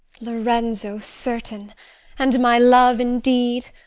lorenzo, certain and my love indeed,